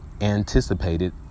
anticipated